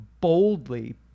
boldly